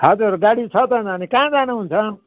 हजुर गाडी छ त नानी कहाँ जानुहुन्छ